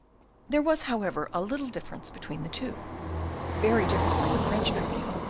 there was, however, a little difference between the two very different from the french tribune,